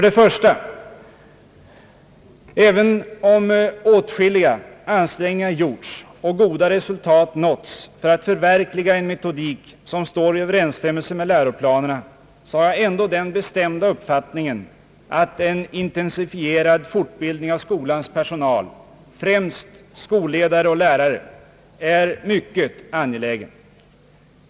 1) även om åtskilliga ansträngningar gjorts och goda resultat nåtts för att förverkliga en metodik som står i överensstämmelse med läroplanerna, har jag ändå den bestämda uppfattningen att en intensifierad fortbildning av skolans personal, främst skolledare och lärare, är mycket angelägen.